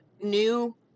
new